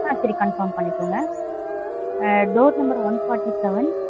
ஆ சரி கன்ஃபார்ம் பண்ணிக்கோங்க door number one forty seven